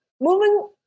moving